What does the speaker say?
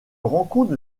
rencontre